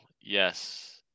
yes